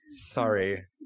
Sorry